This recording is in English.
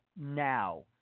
now